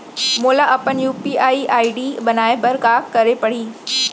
मोला अपन UPI ID बनाए बर का करे पड़ही?